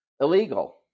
illegal